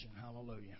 Hallelujah